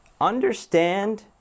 Understand